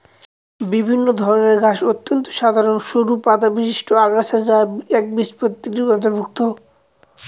বিভিন্ন ধরনের ঘাস অত্যন্ত সাধারন সরু পাতাবিশিষ্ট আগাছা যা একবীজপত্রীর অন্তর্ভুক্ত